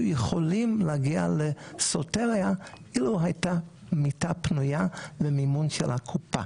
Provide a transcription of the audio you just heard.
יכולים להגיע לסוטריה לו הייתה מיטה פנויה ומימון של הקופה,